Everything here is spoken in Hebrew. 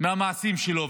מהמעשים שלו.